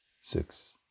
six